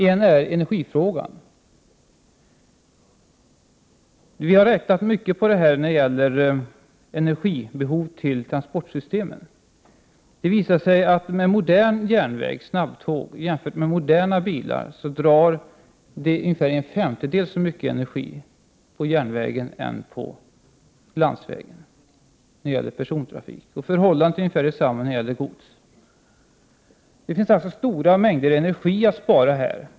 Ett är energifrågan. Vi har räknat mycket på frågan om energibehov till transportsystemen. Det har visat sig att moderna järnvägar med snabbtåg drar ungefär en femtedel så mycket energi som moderna personbilar, och förhållandet är ungefär detsamma när det gäller gods. Det finns alltså stora mängder energi att spara här.